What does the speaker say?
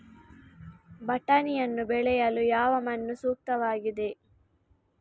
ಬಟಾಣಿಯನ್ನು ಬೆಳೆಯಲು ಯಾವ ಮಣ್ಣು ಸೂಕ್ತವಾಗಿದೆ?